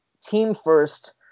team-first